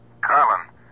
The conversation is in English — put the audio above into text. Carlin